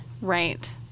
Right